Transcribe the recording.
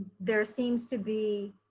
there seems to be